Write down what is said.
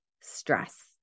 stress